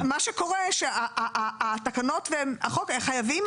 ומה שקורה שהתקנות והחוק חייבים